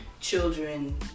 children